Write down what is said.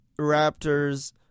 Raptors